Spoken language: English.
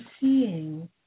seeing